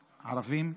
הערבים,